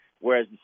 Whereas